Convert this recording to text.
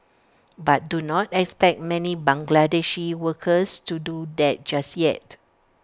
but do not expect many Bangladeshi workers to do that just yet